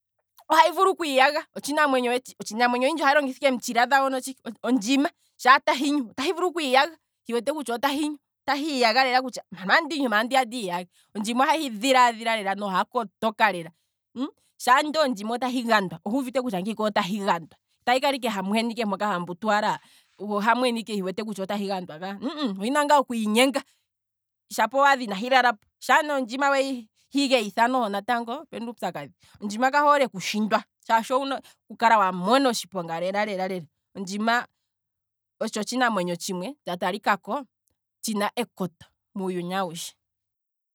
Ohahi vulu okwiiyaga, otshi otshinamwenyo oyindji ohayi longitha ike em'tshila dhawo notshike, ondjima sha tahi nyu, otahi vulu okwiiyaga hi wete kutya otahi nyu, otahi iyaga, ondjima ahi vulu kwiiyaga kutya mpano otandi nyu, andiya ndiiyage, ondjima ohahi dhilaadhila noha kotoka lela, shaa nde ondjima otahi gandwa, ohuuvite lela kutya ngika otahi gandwa, itahi kala ike hamwena ike ha mbutuwala ho hitshi kutya otahi gandwa ka, ohina wala okwiinyenga, shapo owaadha inahi lalapo, sha ne ondjima wehi geyitha noho natango, opena uupyakadhi ondjima kayi hole okushindwa, owuna oku kala wamona otshiponga lela lela, ondjima otsho itshinamwenyo tshimwe tsha talikako tshina ekoto muuyuni awushe.